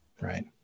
right